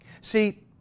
See